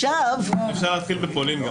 אפשר להתחיל בפולין.